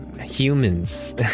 humans